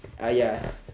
ya